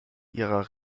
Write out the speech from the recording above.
ihrer